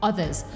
Others